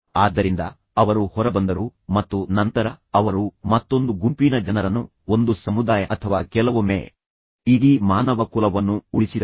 ಆದ್ದರಿಂದ ಅವರು ಹೊರಬಂದರು ಮತ್ತು ನಂತರ ಅವರು ಮತ್ತೊಂದು ಗುಂಪಿನ ಜನರನ್ನು ಒಂದು ಸಮುದಾಯ ಅಥವಾ ಕೆಲವೊಮ್ಮೆ ಇಡೀ ಮಾನವಕುಲವನ್ನು ಉಳಿಸಿದರು